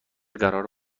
قرار